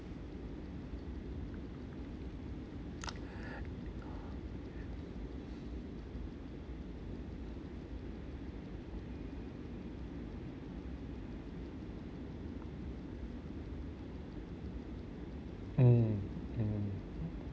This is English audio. mm mm